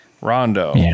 Rondo